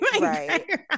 Right